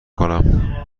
کنم